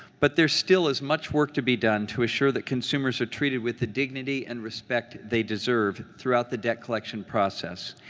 but there still is much work to be done to assure that consumers are treated with the dignity and respect they deserve throughout the debt collection process,